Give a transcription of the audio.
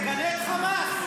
תגנה את חמאס.